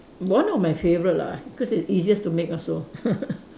one of my favourite lah cause it's easiest to make also